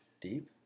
Deep